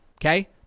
Okay